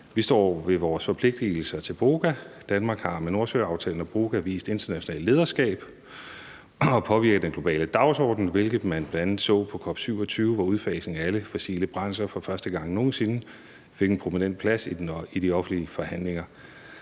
Vi står ved vores forpligtigelser over for BOGA. Danmark har med Nordsøaftalen og BOGA vist internationalt lederskab og har påvirket den globale dagsorden, hvilket man bl.a. så på COP27, hvor udfasning af alle fossile brændsler for første gang nogen sinde fik en prominent plads i de offentlige forhandlinger.